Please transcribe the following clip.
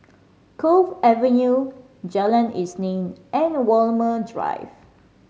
Cove Avenue Jalan Isnin and Walmer Drive